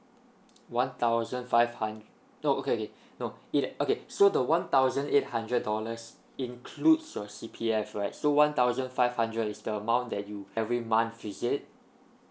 one thousand five hundred no okay okay no it ac~ okay so the one thousand eight hundred dollars includes your C_P_F right so one thousand five hundred is the amount that you every month receive